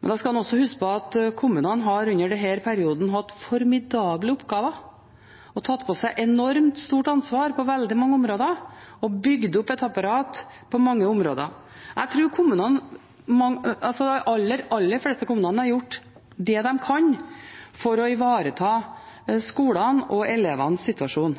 Da skal en også huske på at kommunene under denne perioden har hatt formidable oppgaver og tatt på seg enormt stort ansvar på veldig mange områder, og bygd opp et apparat på mange områder. Jeg tror de aller, aller fleste kommunene har gjort det de kan for å ivareta skolene og elevenes situasjon,